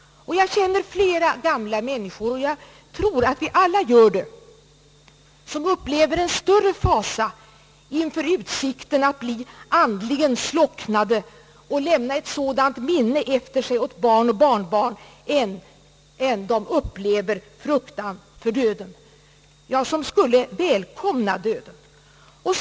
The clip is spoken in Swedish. Jag känner flera gamla människor — och jag tror att vi alla gör det — som upplever en större fasa inför utsikten att bli andligen slocknade och lämna ett sådant minne efter sig åt barn och barnbarn än de upplever fruktan för döden — ja, som skulle väl komna döden.